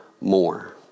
more